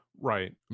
right